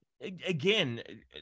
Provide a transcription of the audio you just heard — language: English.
Again